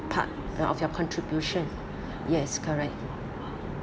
part of your contribution yes correct